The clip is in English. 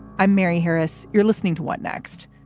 i'm mary harris. you're listening to what next.